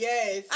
Yes